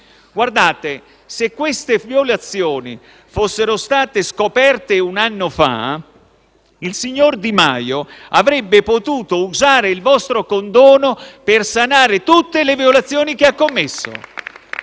Ebbene, se queste violazioni fossero state scoperte un anno fa, il signor Di Maio avrebbe potuto usare il vostro condono per sanare tutte le violazioni che ha commesso.